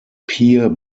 pier